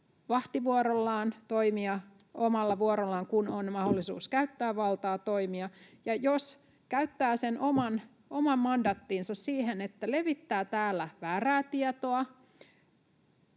vahtivuorollaan toimia, omalla vuorollaan, kun on mahdollisuus käyttää valtaa, toimia, ja jos käyttää sen oman mandaattinsa siihen, että levittää täällä väärää tietoa,